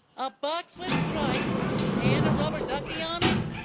a box with stripes and a rubber ducky on it?